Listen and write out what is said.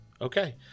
Okay